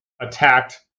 attacked